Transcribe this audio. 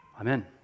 amen